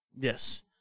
Yes